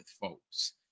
folks